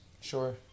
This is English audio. Sure